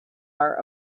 are